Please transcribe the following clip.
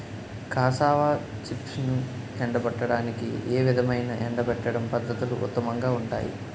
Cassava చిప్స్ను ఎండబెట్టడానికి ఏ విధమైన ఎండబెట్టడం పద్ధతులు ఉత్తమంగా ఉంటాయి?